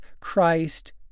Christ